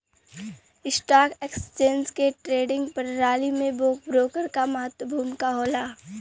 stock exchange के trading प्रणाली में ब्रोकर क महत्वपूर्ण भूमिका होला